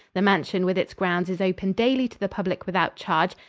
the mansion, with its grounds, is open daily to the public without charge,